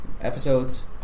Episodes